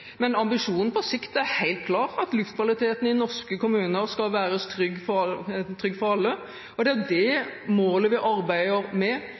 men ambisjonen på sikt er helt klar, at luftkvaliteten i norske kommuner skal være trygg for alle. Det er det målet vi arbeider mot. Det er derfor vi ønsker et tett samarbeid med